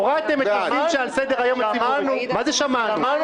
בעד ג'אבר עסאקלה בעד